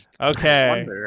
Okay